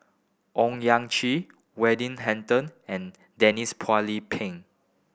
Owyang Chi Weding Hutton and Denise Phua Lee Peng